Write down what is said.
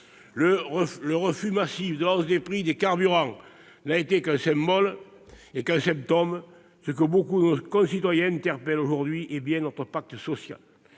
Le refus massif de la hausse des prix des carburants n'a été qu'un symbole et qu'un symptôme. Ce que beaucoup de nos concitoyens interrogent aujourd'hui, c'est bien notre pacte social.